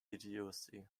idiocy